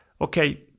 okay